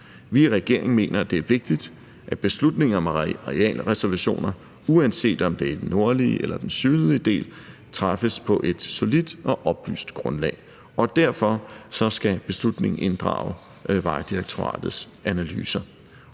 Vi i regeringen mener, at det er vigtigt, at beslutningen om arealreservationer, uanset om det er i den nordlige eller den sydlige del, træffes på et solidt og oplyst grundlag. Derfor skal beslutningen inddrage Vejdirektoratets analyser,